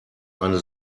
eine